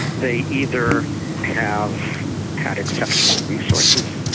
they either have had exceptional resources,